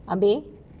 ambil